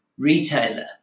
Retailer